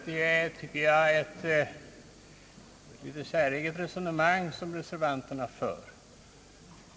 Herr talman! Det är — tycker jag — ett litet säreget resonemang som reservanterna för.